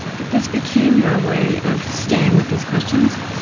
that this became your way of staying with these questions.